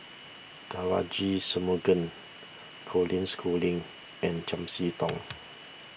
Devagi Sanmugam Colin Schooling and Chiam See Tong